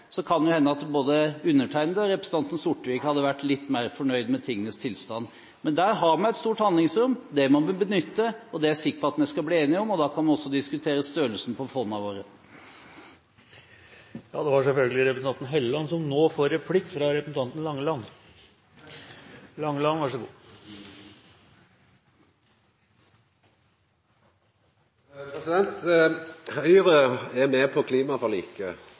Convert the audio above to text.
så store petroleumsinntekter, må vi investere i framtiden – enten i skattelette for næringslivet, i forskning og utdanning, eller i infrastruktur. Hvis regjeringen Stoltenberg II hadde vært i nærheten av å følge opp det, kan det hende at både jeg og representanten Sortevik hadde vært litt mer fornøyd med tingenes tilstand. Men der har vi et stort handlingsrom, det må vi benytte. Det er jeg sikker på at vi skal bli enige om, og da kan vi også diskutere størrelsen på fondene våre.